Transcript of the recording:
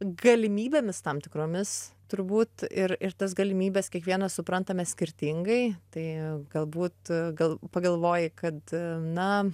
galimybėmis tam tikromis turbūt ir ir tas galimybes kiekvienas suprantame skirtingai tai galbūt gal pagalvoji kad na